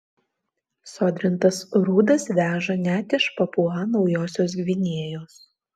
sodrintas rūdas veža net iš papua naujosios gvinėjos